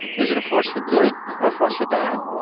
is it a force for good or a force for bad?